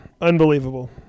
unbelievable